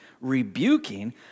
rebuking